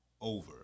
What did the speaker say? over